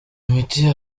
imiti